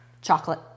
Chocolate